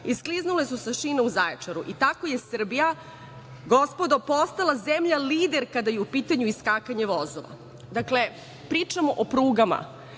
iskliznule su sa šina u Zaječaru i tako je Srbija gospodo postala zemlja lider kada je u pitanju iskakanje vozova. Dakle, pričamo o prugama,